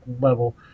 level